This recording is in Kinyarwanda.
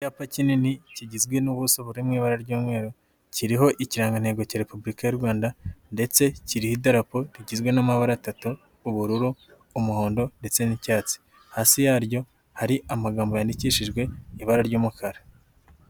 Icyapa kinini kigizwe n'ubuso buri mu ibara ry'umweru kiriho ikirangantego cya Repubulika y'u Rwanda ndetse kiriho n'idarapo rigizwe n'amabara atatu: ubururu, umuhondo ndetse n'icyatsi, hasi yaryo hari amagambo yandikishijwe ibara ry'umukara.